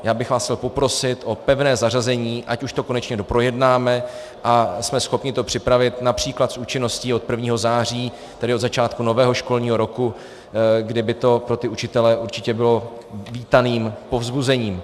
Já bych vás chtěl poprosit o pevné zařazení, ať už to konečně doprojednáme a jsme schopni to připravit například s účinností od 1. září, tedy od začátku nového školního roku, kdy by to pro ty učitele určitě bylo vítaným povzbuzením.